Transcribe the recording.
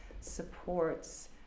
supports